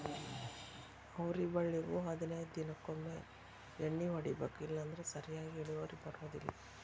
ಅವ್ರಿ ಬಳ್ಳಿಗು ಹದನೈದ ದಿನಕೊಮ್ಮೆ ಎಣ್ಣಿ ಹೊಡಿಬೇಕ ಇಲ್ಲಂದ್ರ ಸರಿಯಾಗಿ ಇಳುವರಿ ಬರುದಿಲ್ಲಾ